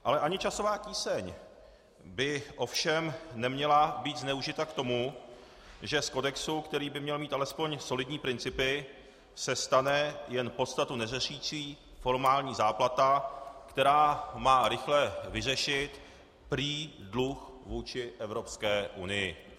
Ale ani časová tíseň by ovšem neměla být zneužita k tomu, že z kodexu, který by měl mít alespoň solidní principy, se stane jen podstatu neřešící formální záplata, která má rychle vyřešit prý dluh vůči Evropské unii.